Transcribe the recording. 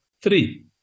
Three